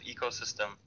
ecosystem